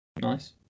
Nice